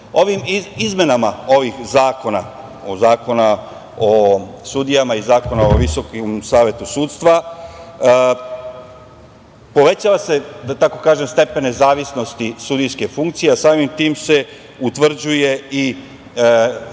Ovim izmenama ovih zakona, Zakona o sudijama i Zakona o Visokom savetu sudstva povećava se, da tako kažem, stepen nezavisnosti10/2 MJ/CGsudijske funkcije, a samim tim se utvrđuje i